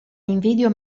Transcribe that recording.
invidio